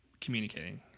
communicating